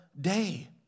day